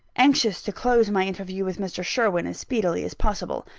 anxious to close my interview with mr. sherwin as speedily as possible.